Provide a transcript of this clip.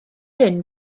hyn